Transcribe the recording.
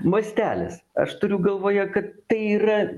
mastelis aš turiu galvoje kad tai yra